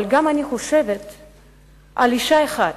אבל אני גם חושבת על אשה אחת,